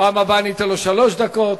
בפעם הבאה אני אתן לו שלוש דקות,